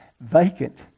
vacant